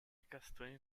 castanho